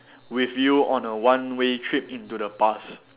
with you on a one way trip into the past